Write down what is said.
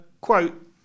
quote